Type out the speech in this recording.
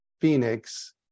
phoenix